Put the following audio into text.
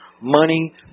money